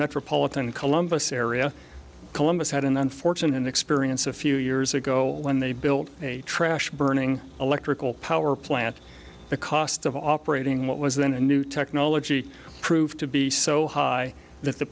metropolitan columbus area columbus had an unfortunate experience a few years ago when they built a trash burning electrical power plant the cost of operating what was then a new technology proved to be so high that the